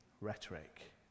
rhetoric